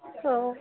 ओ